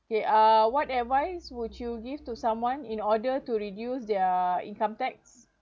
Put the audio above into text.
okay uh what advice would you give to someone in order to reduce their income tax